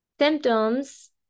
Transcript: Symptoms